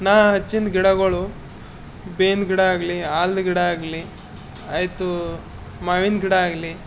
ನಾನು ಹಚ್ಚಿದ ಗಿಡಗಳು ಬೇವಿಂದ್ ಗಿಡ ಆಗಲಿ ಆಲದ್ ಗಿಡ ಆಗಲಿ ಆಯಿತು ಮಾವಿನ ಗಿಡ ಆಗಲಿ